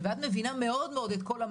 לא.